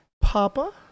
Papa